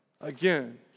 again